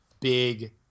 big